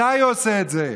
מתי הוא עושה את זה?